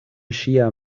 ŝia